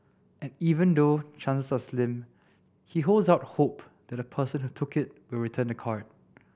and even though chances are slim he holds out hope that the person who took it will return the card